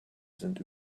sind